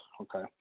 okay